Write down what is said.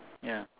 ya